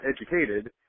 educated